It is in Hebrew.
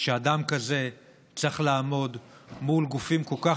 שאדם כזה צריך לעמוד מול גופים כל כך